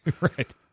Right